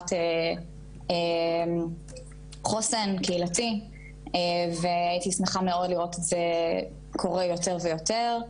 ליצירת חוסן קהילתי והייתי שמחה מאוד לראות את זה קורה יותר ויותר,